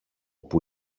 πού